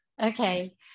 Okay